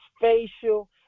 facial